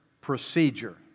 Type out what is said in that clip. procedure